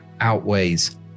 outweighs